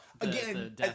again